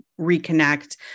reconnect